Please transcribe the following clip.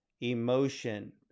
emotion